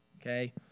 okay